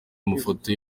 amafoto